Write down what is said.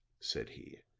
said he,